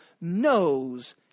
knows